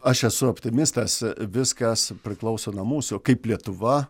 aš esu optimistas viskas priklauso nuo mūsų kaip lietuva